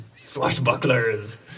swashbucklers